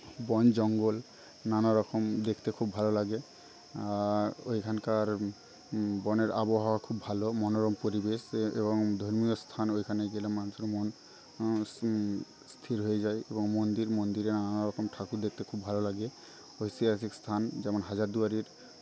বন জঙ্গল নানারকম দেখতে খুব ভালো লাগে আর এইখানকার বনের আবহাওয়া খুব ভালো মনোরম পরিবেশ এবং ধর্মীয় স্থানও এখানে গেলে মানুষের মন স্থির হয়ে যায় এবং মন্দির মন্দিরে নানারকম ঠাকুর দেখতে খুব ভালো লাগে ঐতিহাসিক স্থান যেমন হাজারদুয়ারির